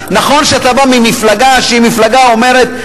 נכון שאתה בא ממפלגה שהיא מפלגה האומרת,